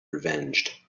revenged